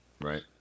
right